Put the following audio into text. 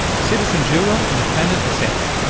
citizen juror nethanet assefa,